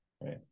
right